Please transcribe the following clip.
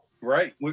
Right